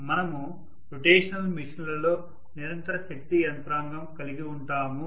మనము రొటేషనల్ మిషన్లలో నిరంతర శక్తి యంత్రాంగం కలిగి ఉంటాము